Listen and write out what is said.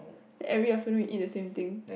every afternoon you eat the same thing